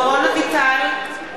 (קוראת בשמות חברי הכנסת) דורון אביטל,